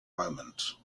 moment